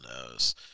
knows